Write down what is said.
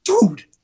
dude